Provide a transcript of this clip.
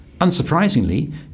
Unsurprisingly